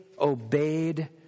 obeyed